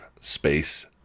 Space